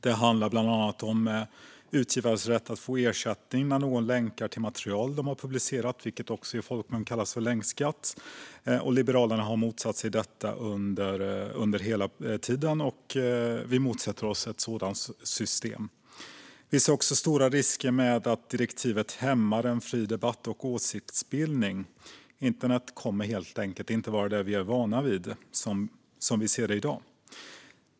Det handlar bland annat om utgivarens rätt att få ersättning när någon länkar till material man har publicerat, vilket i folkmun kallas länkskatt. Liberalerna har motsatt sig detta under hela processen, och vi motsätter oss ett sådant system. Vi ser också stora risker med att direktivet hämmar en fri debatt och åsiktsbildning. Internet kommer helt enkelt inte att vara det vi är vana vid eller se ut som i dag.